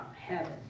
heaven